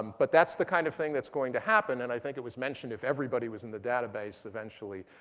but that's the kind of thing that's going to happen. and i think it was mentioned if everybody was in the database eventually,